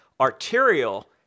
arterial